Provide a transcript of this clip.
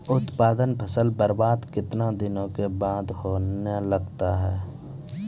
उत्पादन फसल बबार्द कितने दिनों के बाद होने लगता हैं?